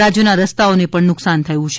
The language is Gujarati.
રાજ્યના રસ્તાઓને પણ નુકસાન થયું છે